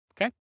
okay